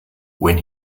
when